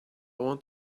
want